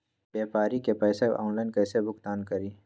व्यापारी के पैसा ऑनलाइन कईसे भुगतान करी?